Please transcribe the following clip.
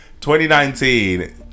2019